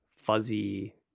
fuzzy